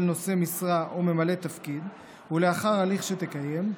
נושא משרה או ממלא תפקיד ולאחר הליך שתקיים,